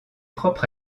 propre